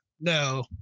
No